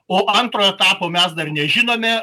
o antro etapo mes dar nežinome